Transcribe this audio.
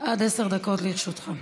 עד עשר דקות לרשותך.